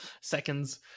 seconds